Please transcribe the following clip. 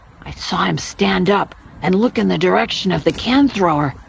i saw him stand up and look in the direction of the can thrower,